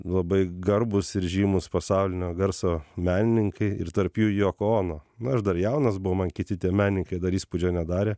labai garbūs ir žymūs pasaulinio garso menininkai ir tarp jų joko ono nu aš dar jaunas buvau man kiti tie menininkai dar įspūdžio nedarė